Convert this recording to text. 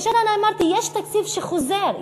וכאשר אני אמרתי: יש תקציב שחוזר,